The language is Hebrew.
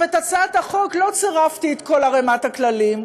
את הצעת החוק, לא צירפתי את כל ערימת הכללים.